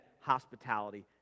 hospitality